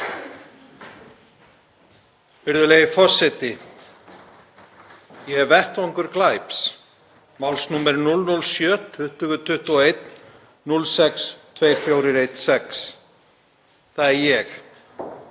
Það er ég.